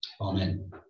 Amen